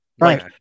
Right